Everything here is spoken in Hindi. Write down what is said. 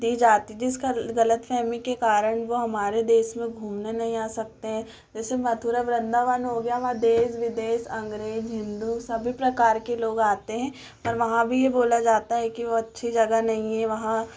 दी जाती जिसका गलत फहमी के कारण वो हमारे देश में घूमने नहीं आ सकते हैं जैसे मथुरा वृंदावन हो गया वहाँ देश विदेश अंग्रेज हिन्दू सभी प्रकार के लोग आते हैं पर वहाँ भी ये बोला जाता है कि वो अच्छी जगह नहीं है वहाँ